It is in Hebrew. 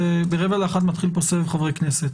ב-12:45 מתחיל פה סבב של חברי כנסת.